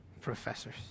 professors